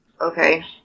Okay